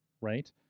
Right